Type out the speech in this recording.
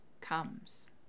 comes